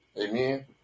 Amen